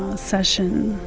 ah session,